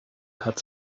had